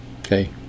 Okay